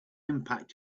impact